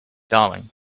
darling